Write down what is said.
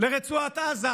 לרצועת עזה,